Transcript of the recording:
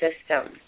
system